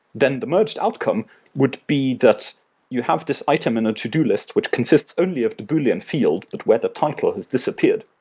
then the merged outcome would be that you have this item in a to-do list which consists only of the bouillon field that where the title has disappeared